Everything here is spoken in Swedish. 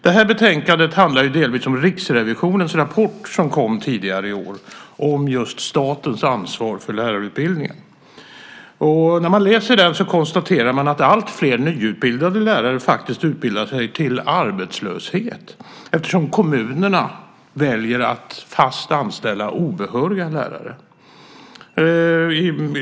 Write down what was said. Det här betänkandet handlar delvis om Riksrevisionens rapport, som kom tidigare i år, och om just statens ansvar för lärarutbildningen. När man läser den konstaterar man att alltfler nyutbildade lärare faktiskt utbildar sig till arbetslöshet, eftersom kommunerna väljer obehöriga lärare för fast anställning.